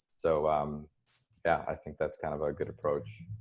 so um yeah, i think that's kind of a good approach.